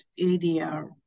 adr